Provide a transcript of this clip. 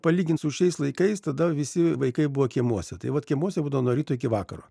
palygint su šiais laikais tada visi vaikai buvo kiemuose tai vat kiemuose būdavo nuo ryto iki vakaro